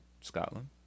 Scotland